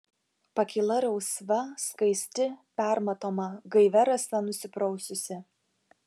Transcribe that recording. pakyla rausva skaisti permatoma gaivia rasa nusipraususi